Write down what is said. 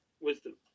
wisdom